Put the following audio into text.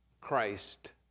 Christ